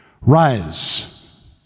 Rise